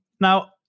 Now